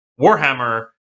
Warhammer